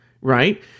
right